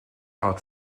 out